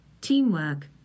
teamwork